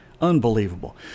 Unbelievable